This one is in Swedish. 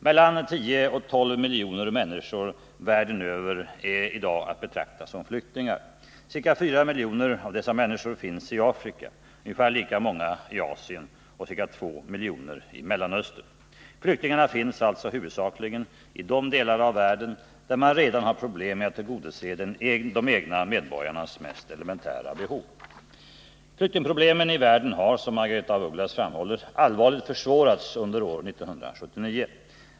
Mellan 10 och 12 miljoner människor världen över är i dag att betrakta som flyktingar. Ca 4 miljoner av dessa människor finns i Afrika, ungefär lika många i Asien och ca 2 miljoner i Mellanöstern. Flyktingarna finns alltså huvudsakligen i de delar av världen där man redan har problem med att tillgodose de egna medborgarnas mest elementära behov. Flyktingproblemen i världen har, som Margaretha af Ugglas framhåller, allvarligt försvårats under år 1979.